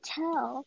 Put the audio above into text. tell